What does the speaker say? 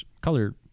Color